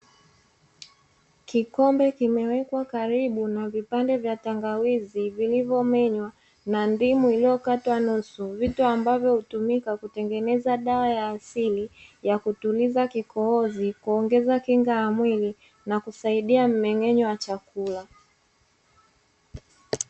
Kikombe kimewekwa karibu na vipande vya tangawizi vilivyomenywa na ndimu iliyokatwa nusu, vitu ambavyo hutumika kutengeneza dawa ya asili ya kutuliza kikohozi, kuongeza kinga ya mwili na kusaidia mmeng’enyo wa chakula.